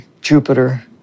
Jupiter